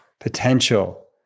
potential